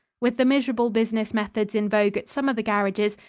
with the miserable business methods in vogue at some of the garages,